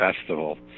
Festival